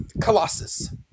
Colossus